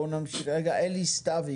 רקע, אלי סתוי